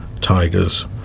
tigers